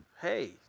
Hey